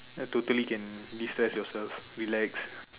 ya totally can destress yourself relax